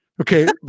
Okay